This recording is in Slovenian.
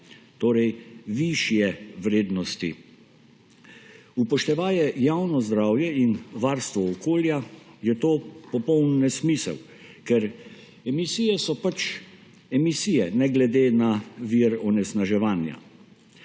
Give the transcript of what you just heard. torej višje vrednosti. Upoštevaje javno zdravje in varstvo okolja je to popoln nesmisel, ker emisije so pač emisije, ne glede na vir onesnaževanja.